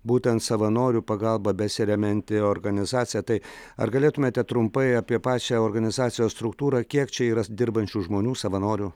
būtent savanorių pagalba besiremianti organizacija tai ar galėtumėte trumpai apie pačią organizacijos struktūrą kiek čia yra dirbančių žmonių savanorių